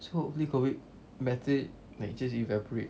so hopefully COVID better like just evaporate